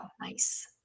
nice